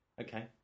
Okay